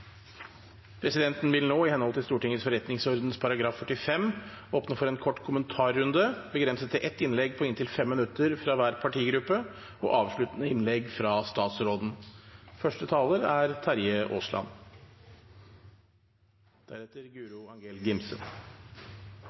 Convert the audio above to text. Presidenten vil nå, i henhold til Stortingets forretningsorden § 45, åpne for en kort kommentarrunde begrenset til ett innlegg på inntil 5 minutter fra hver partigruppe og et avsluttende innlegg fra statsråden. Første taler er Terje Aasland.